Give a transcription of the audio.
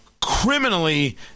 criminally